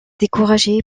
découragé